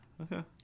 Okay